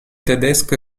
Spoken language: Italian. tedesco